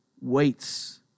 waits